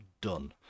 done